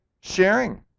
sharing